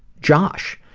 josh.